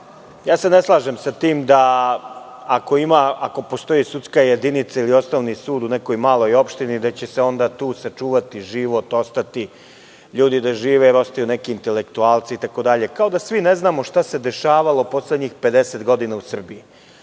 slažem se sa tim da ako postoji sudska jedinica ili osnovni sud u nekoj maloj opštini da će se onda tu sačuvati život, ostati ljudi da žive jer ostaju neki intelektualci itd. Kao da svi ne znamo šta se dešavalo poslednjih 50 godina u Srbiji.